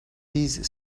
these